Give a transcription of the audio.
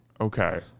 Okay